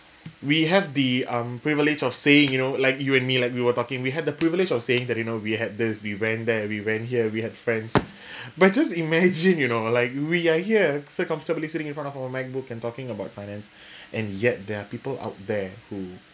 we have the um privilege of saying you know like you and me like we were talking we have the privilege of saying that you know we had this we went there we went here we had friends but just imagine you know like we are here so comfortably sitting in front of our macbooks and talking about finance and yet there are people out there who